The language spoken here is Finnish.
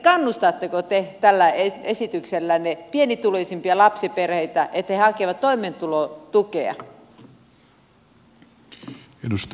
kannustatteko te tällä esityksellänne pienituloisimpia lapsiperheitä hakemaan toimeentulotukea